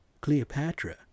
Cleopatra